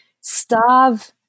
starve